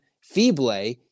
Feeble